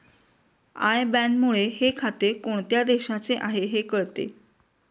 I बॅनमुळे हे खाते कोणत्या देशाचे आहे हे कळते